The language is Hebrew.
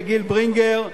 גיל ברינגר,